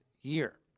year